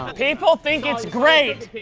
ah people think it's great.